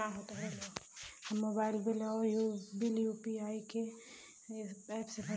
हम mobile bill और bill UPI app से भर सकिला